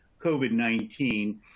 COVID-19